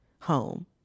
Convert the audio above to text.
home